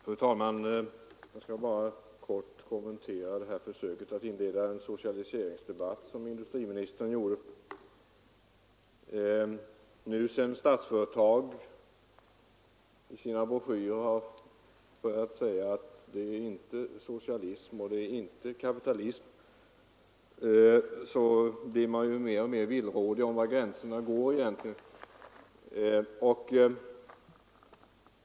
Fru talman! Jag skall bara kort kommentera det försök som industriministern gjorde att inleda en socialiseringsdebatt. Sedan Statsföretag nu i sina broschyrer har börjat säga att det inte är fråga om socialism och inte heller om kapitalism blir man mer och mer villrådig om var gränserna egentligen går.